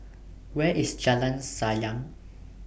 Where IS Jalan Sayang